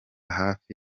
hafi